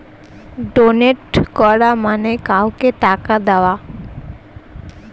donate করা মানে কাউকে টাকা দেওয়া